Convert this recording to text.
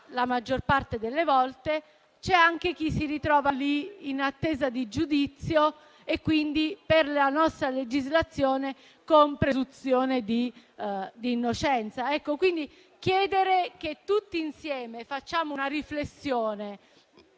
scontando una pena, ma c'è anche chi si ritrova lì in attesa di giudizio e quindi, per la nostra legislazione, con presunzione di innocenza. Chiederei che tutti insieme facciamo una riflessione